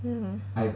mm